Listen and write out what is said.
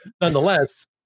nonetheless